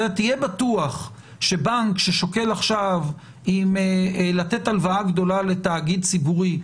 תהיה בטוח שבנק ששוקל עכשיו אם לתת הלוואה גדולה לתאגיד ציבורי,